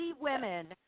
women